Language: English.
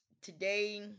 today